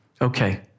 okay